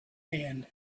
hand